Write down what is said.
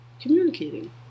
communicating